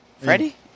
Freddie